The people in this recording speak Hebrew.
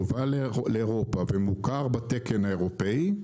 יובא לאירופה ומוכר בתקן האירופאי,